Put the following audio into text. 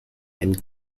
and